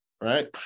right